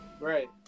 right